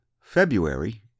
February